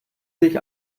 sich